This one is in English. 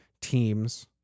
teams